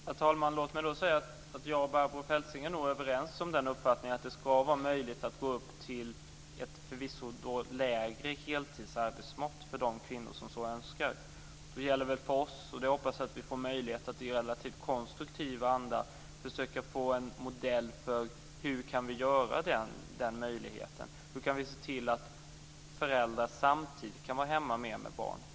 Herr talman! Låt mig säga att Barbro Feltzing och jag nog är överens om uppfattningen att det ska vara möjligt att gå upp till heltid - förvisso en kortare heltid - för de kvinnor som så önskar. Då gäller det för oss - jag hoppas att vi får möjlighet att göra det i relativt konstruktiv anda - att försöka få fram en modell för hur vi kan skapa den möjligheten. Hur kan vi se till att föräldrar samtidigt kan vara hemma mer med barn?